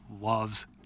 loves